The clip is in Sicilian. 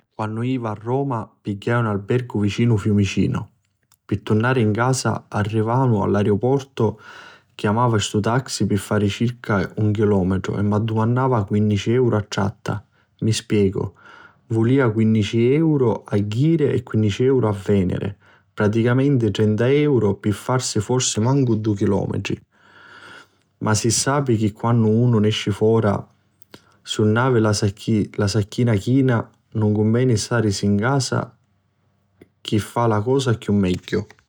Quannu jivi a Roma pigghiai un albergu vicinu Fiumicinu. Pi turnari 'n casa arrivannu a l'aeriuportu chiamava stu taxi chi pi fari circa cincu chilometri m'addumannava quinnici euru a tratta. Mi spiegu: vulia quinnici euru a jiri e quinnici euru a vèniri, praticamenti trenta euru pi fari forsi mancu cincu chilometri. Ma si sapi chi quannu unu nesci fora si nun havi la sacchina china ci cunveni stàrisi 'n casa chi fa la cosa chiù megghiu.